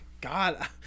god